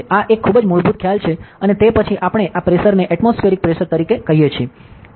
આ એક ખૂબ જ મૂળભૂત ખ્યાલ છે અને તે પછી આપણે આ પ્રેશરને એટમોસ્ફિએરિક પ્રેશર તરીકે કહીએ છીએ